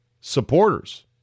supporters